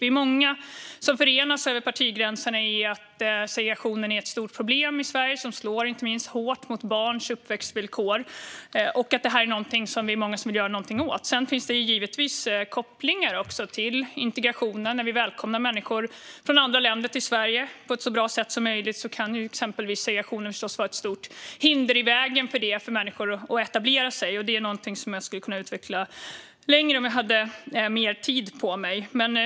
Vi är många som förenas över partigränserna i att segregationen är ett stort problem i Sverige som slår hårt mot inte minst barns uppväxtvillkor. Detta är något som många av oss vill göra något åt. Sedan finns det givetvis kopplingar till integrationen. När vi välkomnar människor från andra länder till Sverige på ett så bra sätt som möjligt kan förstås exempelvis segregationen vara ett stort hinder i vägen för människor att etablera sig. Detta är något som jag skulle kunna utveckla längre om jag hade mer tid på mig.